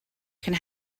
can